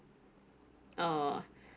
uh